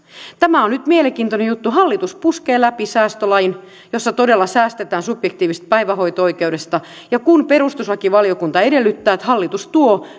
tämä on nyt mielenkiintoinen juttu hallitus puskee läpi säästölain jossa todella säästetään subjektiivisesta päivähoito oikeudesta ja kun perustuslakivaliokunta edellyttää että hallitus tuo